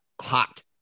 hot